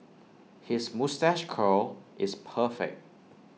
his moustache curl is perfect